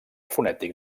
fonètic